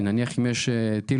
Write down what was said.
אם מגיע טיל